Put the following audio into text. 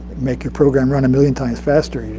make your program run a million times faster.